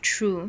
true